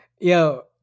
yo